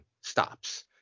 stops